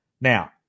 Now